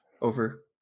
over